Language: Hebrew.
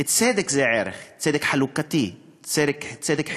צדק זה ערך, צדק חלוקתי, צדק חברתי.